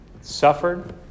suffered